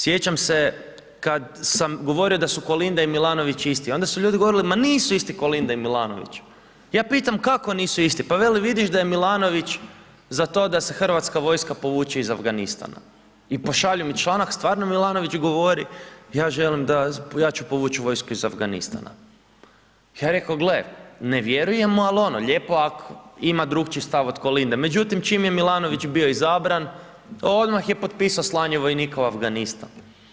Sjećam se kad sam govorio da su Kolinda i Milanović isti, onda su ljudi govorili ma nisu isti Kolinda i Milanović, ja pitam kako nisu isti, pa veli vidiš da je Milanović za to da se Hrvatska vojska povuče iz Afganistana, i pošalju mi članak stvarno Milanović govori ja želim da, ja ću povući vojsku iz Afganistana, ja reko gle, ne vjerujem mu, al' ono, lijepo ak' ima drugačiji stav od Kolinde, međutim čim je Milanović bio izabran, odmah je potpisao slanje vojnika u Afganistan.